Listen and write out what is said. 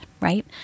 right